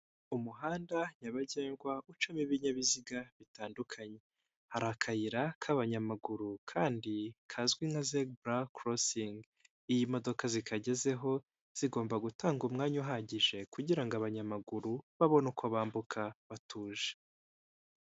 Umuhanda nyabagendwa ucamo ibinyabiziga bitandukanye, hari akayira k'abanyamaguru kandi kazwi nka zebura kurosingi, iyo modoka zikagezeho, zigomba gutanga umwanya uhagije kugirango abanyamaguru babone uko bambuka batuje.